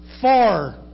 far